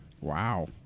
Wow